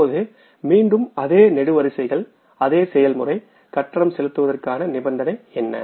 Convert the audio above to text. இப்போது மீண்டும் அதே நெடுவரிசைகள் அதே செயல்முறை கட்டணம் செலுத்துவதற்கான நிபந்தனை என்ன